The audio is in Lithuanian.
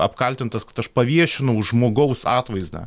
apkaltintas kad aš paviešinau žmogaus atvaizdą